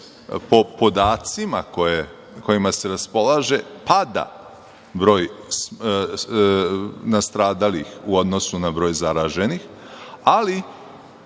po podacima kojima se raspolaže, pada broj nastradalih u odnosu na broj zaraženih, ali